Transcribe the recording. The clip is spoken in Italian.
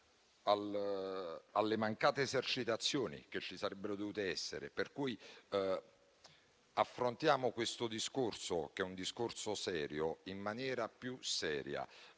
alle mancate esercitazioni che ci sarebbero dovute essere. Per cui affrontiamo questo discorso, che è un discorso serio, in maniera più seria.